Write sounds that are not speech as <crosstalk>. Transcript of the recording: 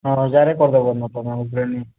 ହଁ ହଜାରେ କରିଦେବ <unintelligible>